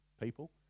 people